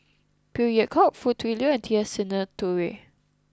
Phey Yew Kok Foo Tui Liew and T S Sinnathuray